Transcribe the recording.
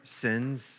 sins